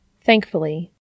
Thankfully